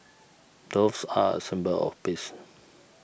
doves are a symbol of peace